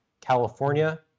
California